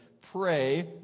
pray